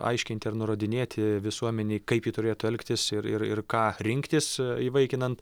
aiškinti ar nurodinėti visuomenei kaip ji turėtų elgtis ir ir ir ką rinktis įvaikinant